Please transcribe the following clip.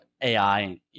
AI